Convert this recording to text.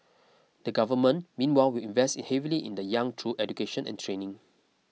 the Government meanwhile will invest heavily in the young through education and training